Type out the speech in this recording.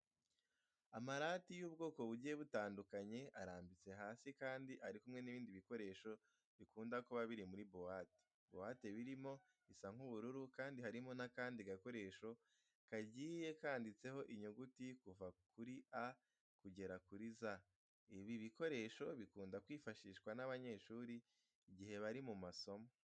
Amarati y'ubwoko bugiye butandukanye arambitse hasi kandi ari kumwe n'ibindi bikoresho bikunda kuba biri muri buwate. Buwate birimo isa nk'ubururu kandi harimo n'akandi gakoresho kagiye kanditseho inyuguti kuva kuri A kugera kuri Z. Ibi bikoresho bikunda kwifashishwa n'abanyeshuri igihe bari mu masomo.